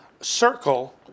circle